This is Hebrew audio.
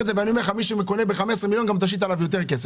ומי שקונה ב-15 מיליון, תשית עליו יותר מס.